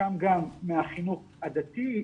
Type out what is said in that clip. חלקם גם מהחינוך הדתי.